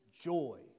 joy